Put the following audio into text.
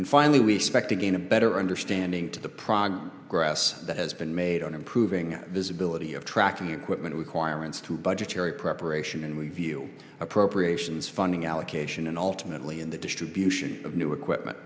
and finally respect again a better understanding to the prime grass that has been made on improving visibility of tracking equipment requirements to budgetary preparation and we view appropriations funding allocation and ultimately in the distribution of new equipment